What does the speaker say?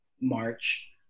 March